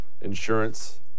insurance